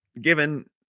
given